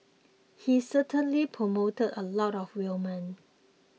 he certainly promoted a lot of women